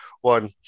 one